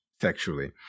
Sexually